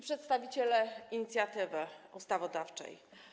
Przedstawiciele Inicjatywy Ustawodawczej!